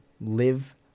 Live